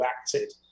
acted